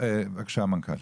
בבקשה, המנכ"ל.